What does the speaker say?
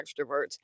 extroverts